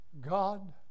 God